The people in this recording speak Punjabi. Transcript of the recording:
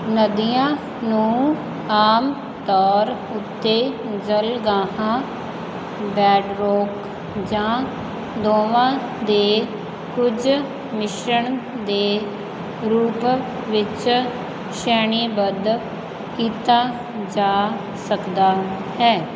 ਨਦੀਆਂ ਨੂੰ ਆਮ ਤੌਰ ਉੱਤੇ ਜਲਗਾਹਾਂ ਬੈਡਰੋਕ ਜਾਂ ਦੋਵਾਂ ਦੇ ਕੁਝ ਮਿਸ਼ਰਣ ਦੇ ਰੂਪ ਵਿੱਚ ਸ਼੍ਰੇਣੀਬੱਧ ਕੀਤਾ ਜਾ ਸਕਦਾ ਹੈ